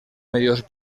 medios